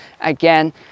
again